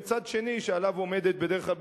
וצד שני שעליו עומדת בדרך כלל,